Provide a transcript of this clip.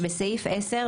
בסעיף 10,